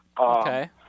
Okay